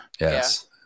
Yes